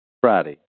Friday